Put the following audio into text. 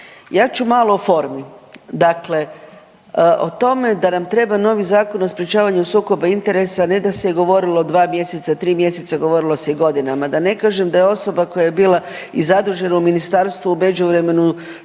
ja ću malo o formi. Dakle, o tome da nam treba novi Zakon o sprječavanju sukoba interesa ne da se govorilo 2 mjeseca, 3 mjeseca, govorilo se godinama da ne kažem da je osoba koja je bila i zadužena u ministarstvu u međuvremenu